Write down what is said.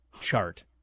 chart